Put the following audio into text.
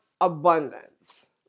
abundance